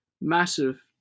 Massive